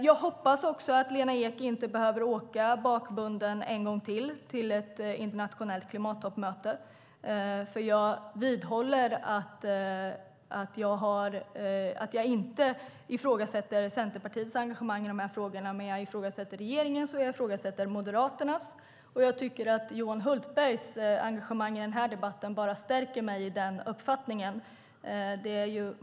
Jag hoppas också att Lena Ek inte behöver åka bakbunden till ett internationellt klimattoppmöte en gång till. Jag vidhåller nämligen att jag inte ifrågasätter Centerpartiets engagemang i de här frågorna men att jag ifrågasätter regeringens och Moderaternas, och jag tycker att Johan Hultbergs engagemang i den här debatten bara stärker mig i den uppfattningen.